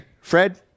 fred